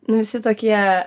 nu visi tokie